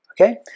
Okay